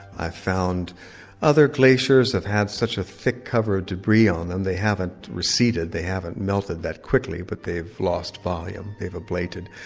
i found other glaciers have had such a thick cover of debris on them, they haven't receded, they haven't melted that quickly, but they've lost volume, they've ablated.